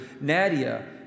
Nadia